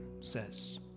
says